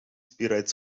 bereits